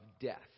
death